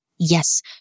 Yes